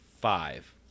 five